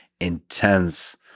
intense